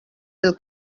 del